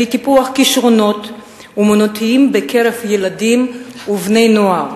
לטיפוח כשרונות אמנותיים בקרב ילדים ובני-נוער.